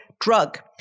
drug